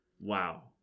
wow